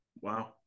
Wow